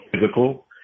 physical